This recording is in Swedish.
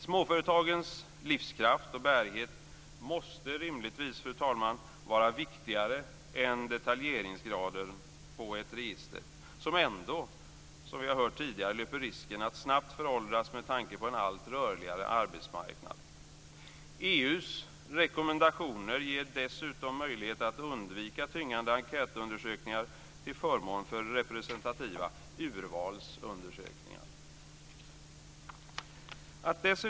Småföretagens livskraft och bärighet måste rimligtvis, fru talman, vara viktigare än detaljeringsgraden på ett register som ändå, som vi har hört tidigare, löper risken att snabbt föråldras med tanke på en allt rörligare arbetsmarknad. EU:s rekommendationer ger oss dessutom möjlighet att undvika tyngande enkätundersökningar till förmån för representativa urvalsundersökningar. Fru talman!